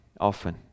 often